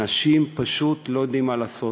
אנשים פשוט לא יודעים מה לעשות.